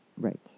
Right